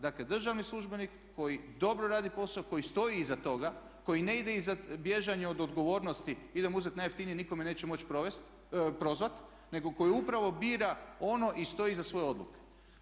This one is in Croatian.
Dakle državni službenik koji dobro radi posao, koji stoji iza toga, koji ne ide iza bježanja od odgovornosti, idem uzeti najjeftinije nitko me neće moći prozvati, nego koji upravo bira ono i stoji iza svoje odluke.